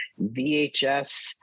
VHS